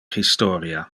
historia